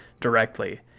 directly